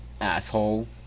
asshole